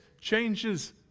changes